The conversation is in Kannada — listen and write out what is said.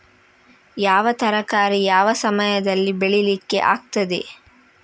ಯಾವ ತರಕಾರಿ ಯಾವ ಸಮಯದಲ್ಲಿ ಬೆಳಿಲಿಕ್ಕೆ ಆಗ್ತದೆ?